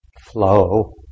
flow